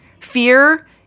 fear